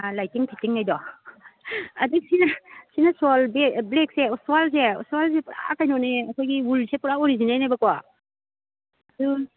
lighting fitting ꯍꯥꯏꯗꯣ ꯑꯗꯩ ꯁꯤꯅ ꯁꯤꯅ ꯁꯣꯜ ꯕ꯭ꯂꯦꯛꯁꯦ ꯁ꯭ꯋꯥꯜꯁꯦ ꯁ꯭ꯋꯥꯜꯁꯦ ꯄꯨꯔꯥ ꯀꯩꯅꯣꯅꯦ ꯑꯩꯈꯣꯏꯒꯤ ꯋꯨꯜꯁꯦ ꯄꯨꯔꯥ ꯑꯣꯔꯤꯖꯤꯅꯦꯜꯅꯦꯕꯀꯣ ꯎꯝ